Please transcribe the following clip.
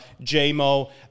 J-Mo